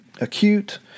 acute